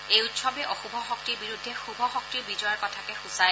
এই উৎসৱে অশুভ শক্তিৰ বিৰুদ্ধে শুভ শক্তিৰ বিজয়ৰ কথাকে সূচায়